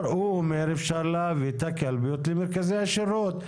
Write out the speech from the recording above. הוא אומר שאפשר להביא את הקלפיות למרכזי השירות,